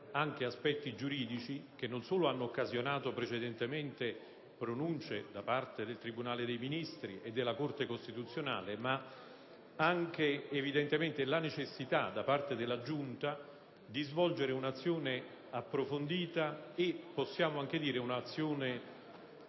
solleva aspetti giuridici che non solo hanno occasionato precedentemente pronunce da parte del tribunale dei ministri e della Corte costituzionale, ma anche la necessità da parte della Giunta di svolgere un'azione approfondita e sostanzialmente